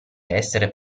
essere